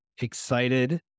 Excited